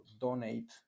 donate